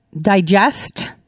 digest